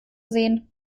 sehen